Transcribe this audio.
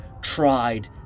tried